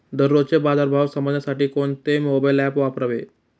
दररोजचे बाजार भाव समजण्यासाठी कोणते मोबाईल ॲप वापरावे?